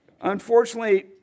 Unfortunately